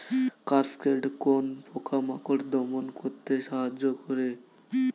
Cascade কোন পোকা মাকড় দমন করতে সাহায্য করে?